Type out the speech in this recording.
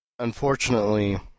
Unfortunately